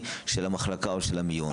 כי מישהו אחר משגיח את ההשגחה ומישהו אחר